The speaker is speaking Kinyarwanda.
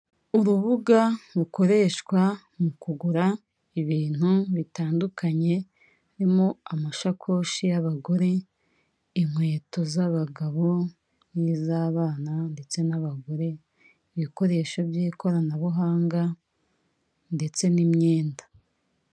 Urubuga rukoreshwa mu kugura ibintu bitandukanye harimo amashakoshi y'abagore inkweto z'abagabo n'iz'abana ndetse n'abagore ibikoresho by'ikoranabuhanga ndetse n'imyenda.